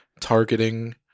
targeting